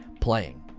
playing